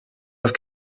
have